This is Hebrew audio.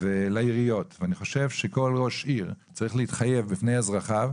לעיריות ואני חושב שכל ראש עיר צריך להתחייב בפני אזרחיו,